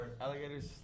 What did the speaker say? Alligators